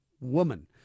woman